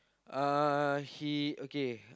uh he okay